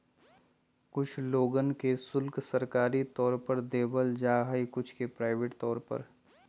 कुछ लोगन के शुल्क सरकारी तौर पर देवल जा हई कुछ के प्राइवेट तौर पर